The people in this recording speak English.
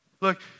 Look